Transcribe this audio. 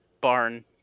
barn